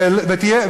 ולא תהיה חד-צדדיות,